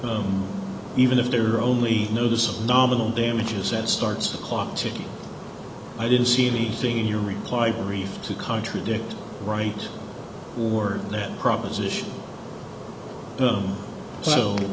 even if they're only notice of nominal damages it starts the clock ticking i didn't see anything in your reply brief to contradict right words that proposition so so